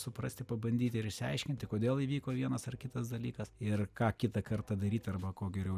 suprasti pabandyti ir išsiaiškinti kodėl įvyko vienas ar kitas dalykas ir ką kitą kartą daryt arba ko geriau